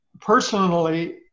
personally